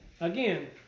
Again